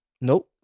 Nope